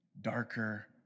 darker